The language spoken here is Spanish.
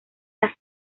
las